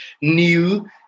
new